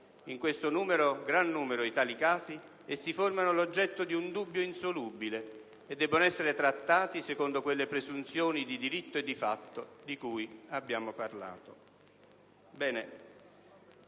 Questo gran numero di casi forma oggetto di un dubbio insolubile ed essi devono essere trattati secondo quelle presunzioni di diritto e di fatto di cui abbiamo parlato.